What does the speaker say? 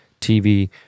TV